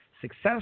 Success